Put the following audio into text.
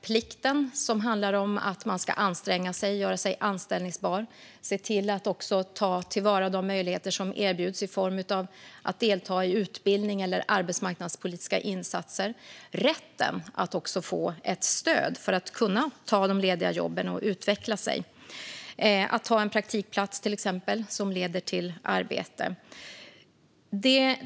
Plikten handlar om att man ska anstränga sig och göra sig anställbar, se till att ta till vara de möjligheter som erbjuds i form av att delta i utbildning eller arbetsmarknadspolitiska insatser. Man har också rätten att få stöd för att kunna ta de lediga jobben och utveckla sig genom att till exempel ta en praktikplats som leder till arbete.